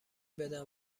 بدن